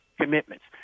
commitments